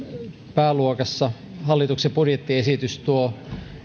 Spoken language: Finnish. pääluokassa hallituksen budjettiesitys tuo